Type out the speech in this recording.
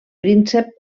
príncep